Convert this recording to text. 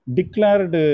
Declared